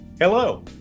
Hello